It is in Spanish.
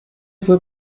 fue